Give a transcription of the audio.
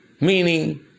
Meaning